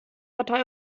partei